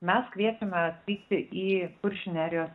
mes kviečiame atvykti į kuršių nerijos